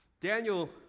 Daniel